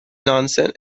nonsense